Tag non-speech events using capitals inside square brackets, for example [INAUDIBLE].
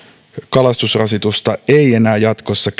kalastusrasitusta ei enää jatkossa [UNINTELLIGIBLE]